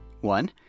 One